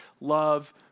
love